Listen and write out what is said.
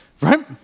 right